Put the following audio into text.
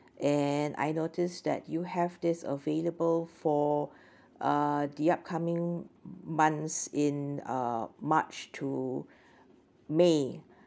and I notice that you have this available for uh the upcoming months in uh march to may